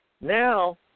Now